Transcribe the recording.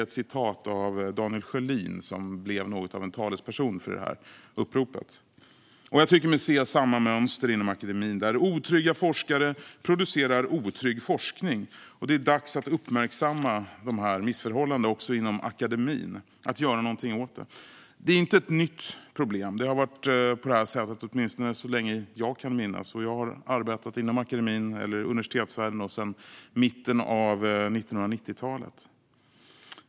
Så sa Daniel Sjölin, som blev något av en talesperson för uppropet. Jag tycker mig se samma mönster inom akademin, där otrygga forskare producerar otrygg forskning. Det är dags att uppmärksamma de här missförhållandena, också inom akademin, och göra någonting åt dem. Det är inte ett nytt problem; det har varit på det här sättet åtminstone så länge jag kan minnas. Och jag har arbetat inom akademin, eller universitetsvärlden, sedan mitten av 1990-talet.